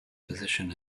position